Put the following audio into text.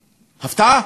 הפתעה.